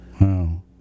Wow